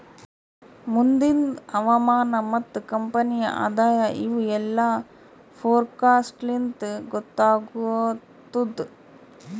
ಮುಂದಿಂದ್ ಹವಾಮಾನ ಮತ್ತ ಕಂಪನಿಯ ಆದಾಯ ಇವು ಎಲ್ಲಾ ಫೋರಕಾಸ್ಟ್ ಲಿಂತ್ ಗೊತ್ತಾಗತ್ತುದ್